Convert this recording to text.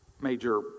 major